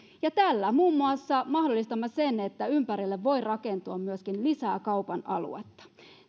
ja muun muassa tällä mahdollistamme sen että ympärille voi rakentua myöskin lisää kaupan aluetta